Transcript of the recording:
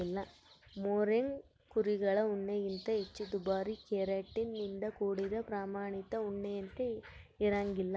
mohair ಕುರಿಗಳ ಉಣ್ಣೆಗಿಂತ ಹೆಚ್ಚು ದುಬಾರಿ ಕೆರಾಟಿನ್ ನಿಂದ ಕೂಡಿದ ಪ್ರಾಮಾಣಿತ ಉಣ್ಣೆಯಂತೆ ಇರಂಗಿಲ್ಲ